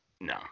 No